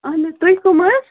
آہَن حظ تُہۍ کٔم حظ